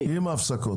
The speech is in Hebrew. ההפסקות.